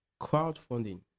Crowdfunding